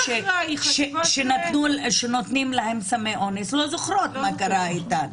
אלה שנותנים להן סמים, לא זוכרות מה קרה איתן.